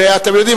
ואתם יודעים,